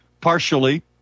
partially